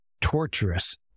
torturous